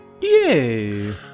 yay